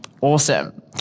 Awesome